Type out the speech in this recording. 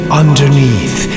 underneath